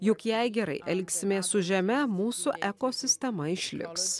juk jei gerai elgsimės su žeme mūsų ekosistema išliks